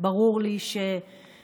ברור לי שבפינתנו,